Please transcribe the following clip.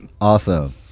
Awesome